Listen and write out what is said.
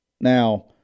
Now